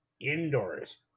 Indoors